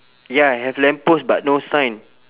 ya have lamp post but no sign